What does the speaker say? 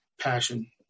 passion